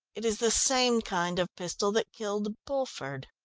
it is the same kind of pistol that killed bulford.